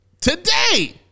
today